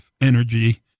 energy